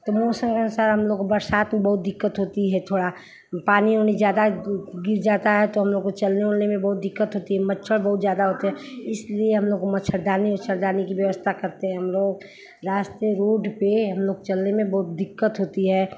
तो मौसम के अनुसार बरसात में बहुत दिक्कत होती है थोड़ा पानी उनी ज़्यादा गिर जाता है तो हमलोग को चलने उलने में बहुत दिक्कत होती है मच्छर बहुत ज़्यादा हो जाता है इसलिए हमलोग मच्छरदानी उच्छरदानी की व्यवस्था करते हैं हमलोग रास्ते रोड पर हमलोगों को चलने में बहुत दिक्कत होती है